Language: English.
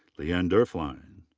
leeann doerflein.